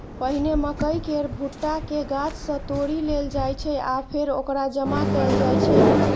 पहिने मकइ केर भुट्टा कें गाछ सं तोड़ि लेल जाइ छै आ फेर ओकरा जमा कैल जाइ छै